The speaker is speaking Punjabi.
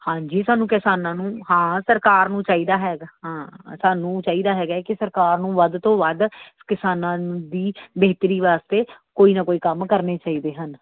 ਹਾਂਜੀ ਸਾਨੂੰ ਕਿਸਾਨਾਂ ਨੂੰ ਹਾਂ ਸਰਕਾਰ ਨੂੰ ਚਾਹੀਦਾ ਹੈਗਾ ਹਾਂ ਸਾਨੂੰ ਚਾਹੀਦਾ ਹੈਗਾ ਕਿ ਸਰਕਾਰ ਨੂੰ ਵੱਧ ਤੋਂ ਵੱਧ ਕਿਸਾਨਾਂ ਦੀ ਬਿਹਤਰੀ ਵਾਸਤੇ ਕੋਈ ਨਾ ਕੋਈ ਕੰਮ ਕਰਨੇ ਚਾਹੀਦੇ ਹਨ